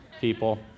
people